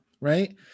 Right